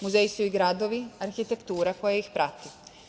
Muzeji su i gradovi arhitektura koja ih prati.